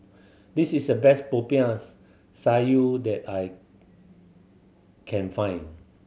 this is the best Popiah Sayur that I can find